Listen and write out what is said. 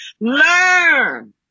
Learn